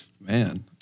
Man